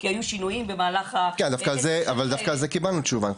כי היו שינויים במהלך --- אני חושב שדווקא על זה קיבלנו תשובה.